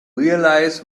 realize